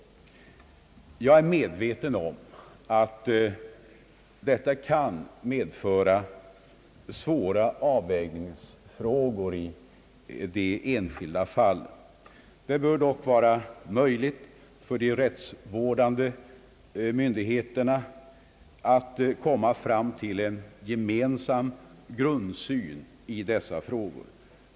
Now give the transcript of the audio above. Jag är medveten om att detta kan innebära svåra avvägningsfrågor i de enskilda fallen. Det bör dock vara möjligt för de rättsvårdande myndigheterna att komma fram till en gemensam grundsyn i dessa frågor.